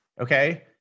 Okay